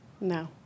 No